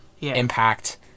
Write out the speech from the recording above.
impact